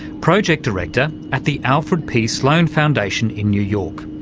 project director at the alfred p sloan foundation in new york,